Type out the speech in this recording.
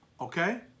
okay